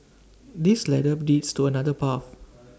this ladder leads to another path